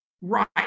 Right